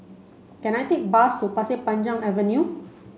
can I take a bus to Pasir Panjang Avenue